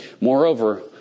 Moreover